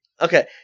Okay